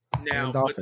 Now